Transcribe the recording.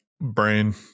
brain